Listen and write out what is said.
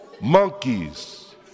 monkeys